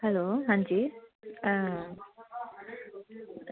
hello Anji आं